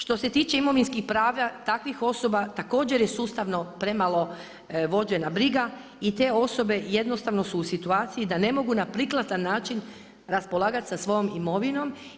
Što se tiče imovinskih prava takvih osoba također je sustavno premalo vođena briga i te osobe jednostavno su u situaciji da ne mogu na prikladan način raspolagat sa svojom imovinom.